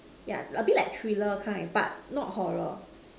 yeah a bit like thriller kind but not horror